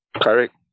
Correct